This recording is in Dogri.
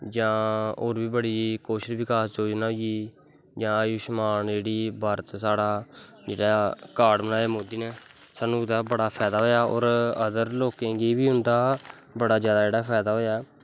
जां होेर बी बड़ी कोशल विकास योजनां होई जां अयुष्मान साढ़ा जेह्ड़ा कार्ड़ बनाया मोदी नै साह्नू एह्दा बड़ा फैदा होया और होर लोकें गी बी एह्दा बड़ा जादा जेह्ड़ा फैदा होया